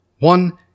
one